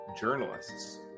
journalists